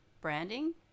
branding